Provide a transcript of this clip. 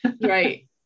Right